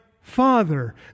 Father